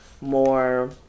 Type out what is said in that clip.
more